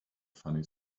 funny